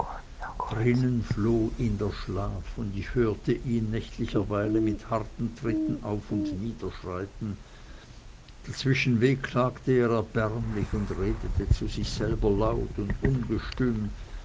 drinnen floh ihn der schlaf und ich hörte ihn nächtlicherweile mit harten tritten auf und nieder schreiten dazwischen wehklagte er erbärmlich und redete zu sich selber laut und ungestüm